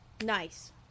Nice